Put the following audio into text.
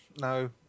No